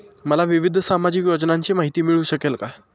मला विविध सामाजिक योजनांची माहिती मिळू शकेल का?